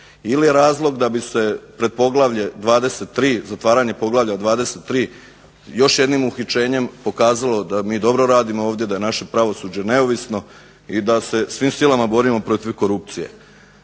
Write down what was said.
Ili je razlog da bi se pred poglavlje 23. zatvaranje poglavlja 23. još jednim uhićenjem pokazalo da mi dobro radimo ovdje, da je naše pravosuđe neovisno i da se svim silama borimo protiv korupcije.